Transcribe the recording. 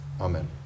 Amen